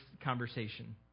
conversation